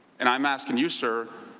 and i'm asking you, sir,